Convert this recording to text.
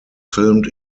filmed